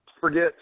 Forget